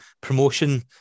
promotion